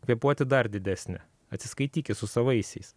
kvėpuoti dar didesnė atsiskaityki su savaisiais